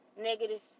negative